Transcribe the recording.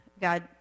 God